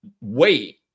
wait